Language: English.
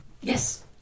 Yes